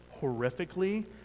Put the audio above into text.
horrifically